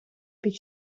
під